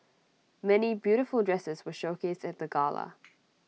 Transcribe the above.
many beautiful dresses were showcased at the gala